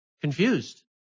confused